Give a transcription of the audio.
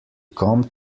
come